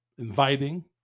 inviting